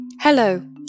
Hello